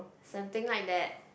something like that